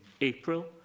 April